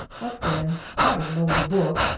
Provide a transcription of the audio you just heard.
but then i don't know the book.